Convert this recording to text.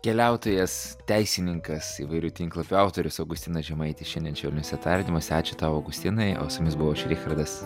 keliautojas teisininkas įvairių tinklapių autorius augustinas žemaitis šiandien švelniuose tardymuose ačiū tau augustinai o su jumis buvo richardas